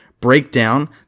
Breakdown